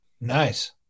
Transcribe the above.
Nice